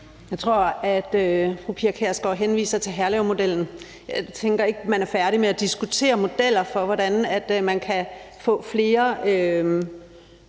Jeg tror, at fru Pia Kjærsgaard henviser til Herlevmodellen. Jeg tænker ikke, at man er færdig med at diskutere modeller for, hvordan man kan få flere